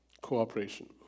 cooperation